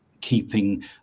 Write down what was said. keeping